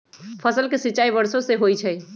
फसल के सिंचाई वर्षो से होई छई